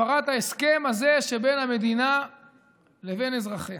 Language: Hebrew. הפרת ההסכם הזה שבין המדינה לבין אזרחיה.